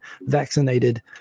vaccinated